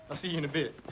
i'll see you in a bit.